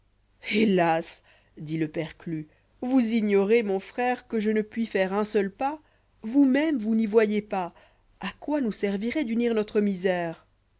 hélas dit le perclus vous ignorez mon frère que je ne puis faire un seul pas vous-même vous n'y voyez pas a quoi nous servirait d'unir notre misère